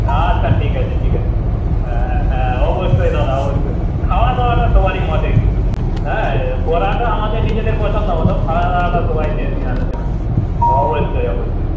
আচ্ছা ঠিক আছে ঠিক আছে হ্যাঁ হ্যাঁ হ্যাঁ অবশ্যই দাদা অবশ্যই খাওয়া দাওয়াটা সবারই মতের কিন্তু হ্যাঁ পরাটা আমাদের নিজেদের পছন্দমতো খাওয়া দাওয়াটা সবাইকে নিয়ে আলোচনা করে অবশ্যই অবশ্যই